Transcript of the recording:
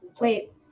Wait